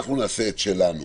אנחנו נעשה את זה שלנו,